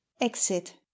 exit